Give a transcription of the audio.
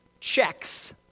checks